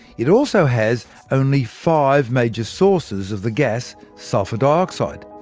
it also has only five major sources of the gas, sulphur dioxide